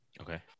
okay